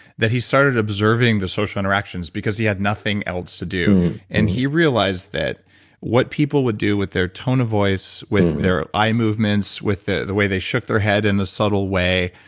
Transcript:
that he started observing the social interactions, because he had nothing else to do. and he realized that what people would do with their tone of voice, with their eye movements, with the the way they shook their head in a subtle way,